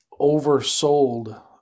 oversold